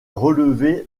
relevé